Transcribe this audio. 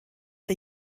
the